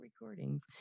recordings